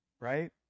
right